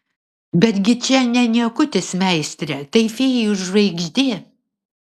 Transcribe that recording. betgi čia ne niekutis meistre tai fėjų žvaigždė